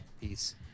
peace